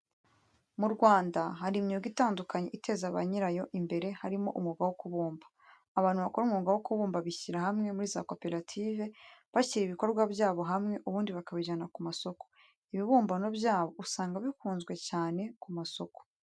Mu Rwanda hari imyuga itandukanye iteza ba nyirawo imbere harimo umwuga wo kubumba. Abantu bakora umwuka wo kubumba bishyira hamwe muri za koperative, bashyira ibikorwa byabo hamwe ubundi bakabijyana ku masoko. Ibibumbano byabo usanga bikunzwe cyane ku masoko.